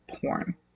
porn